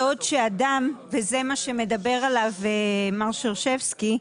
בעוד שאדם, וזה מה שמדבר עליו מר שרשבסקי,